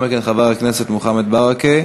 לאחר מכן, חבר הכנסת מוחמד ברכה.